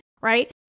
right